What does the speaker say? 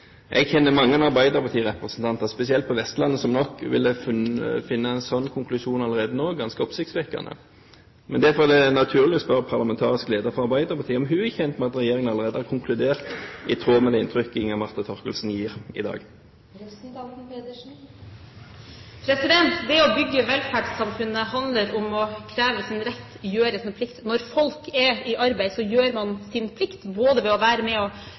Jeg kjenner mange arbeiderpartirepresentanter, spesielt på Vestlandet, som nok ville funnet en slik konklusjon allerede nå ganske oppsiktsvekkende. Derfor er det naturlig å spørre parlamentarisk leder for Arbeiderpartiet om hun er kjent med at regjeringen allerede har konkludert i tråd med det inntrykket Inga Marte Thorkildsen gir i dag. Det å bygge velferdssamfunnet handler om å kreve sin rett og gjøre sin plikt. Når folk er i arbeid, gjør man sin plikt både ved å være med